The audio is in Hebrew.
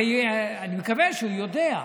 הרי אני מקווה שהוא יודע,